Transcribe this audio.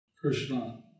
Krishna